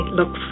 look